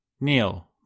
Neil